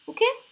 Okay